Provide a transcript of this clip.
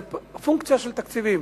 זה פונקציה של תקציבים.